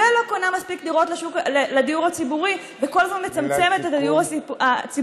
לא קונה מספיק דירות לדיור הציבורי וכל הזמן מצמצמת את הדיור הציבורי.